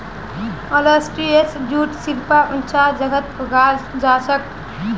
olitorius jute सिर्फ ऊंचा जगहत उगाल जाछेक